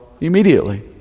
immediately